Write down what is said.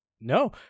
No